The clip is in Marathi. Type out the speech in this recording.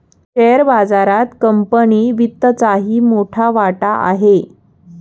शेअर बाजारात कंपनी वित्तचाही मोठा वाटा आहे